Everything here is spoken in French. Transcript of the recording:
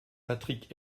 patrick